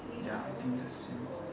ya I think the same